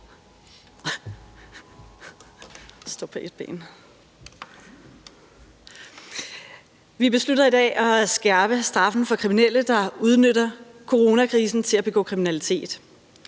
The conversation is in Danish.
Vi beslutter i dag at skærpe straffen for kriminelle, der udnytter coronakrisen til at begå kriminalitet.